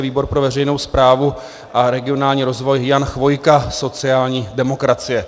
Výbor pro veřejnou správu a regionální rozvoj Jan Chvojka, sociální demokracie.